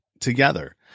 together